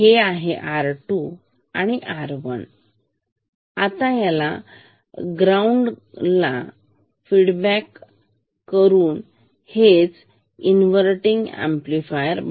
हे आहे R2R1 आता ह्याला ग्राउंड ground करू हेच आहे इन्व्हर्टिनग अम्प्लिफायर